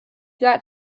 got